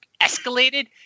escalated